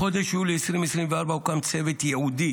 בחודש יולי 2024 הוקם צוות ייעודי